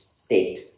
state